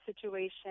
situation